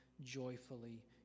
joyfully